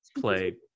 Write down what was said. play